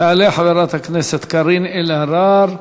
תעלה חברת הכנסת קארין אלהרר.